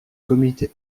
comité